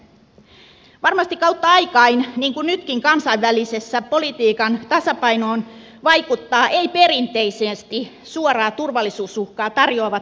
varmasti kautta aikain niin kuin nytkin kansainväliseen politiikan tasapainoon vaikuttavat elementit jotka eivät tarjoa perinteisesti suoraa turvallisuusuhkaa